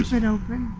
it open.